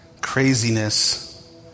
craziness